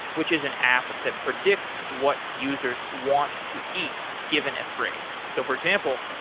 which is an app that predicts what users want to eat given a phrase so for example,